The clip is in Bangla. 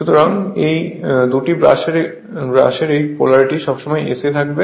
সুতরাং এই দুই ব্রাশের এই পোলারিটি সবসময় Sa থাকবে